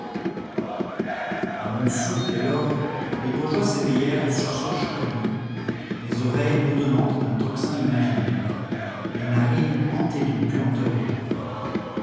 a montsou dès lors les bourgeois s'éveillèrent en sursaut chaque nuit les oreilles bourdonnantes d'un tocsin imaginaire les narines hantées d'une puanteur de poudre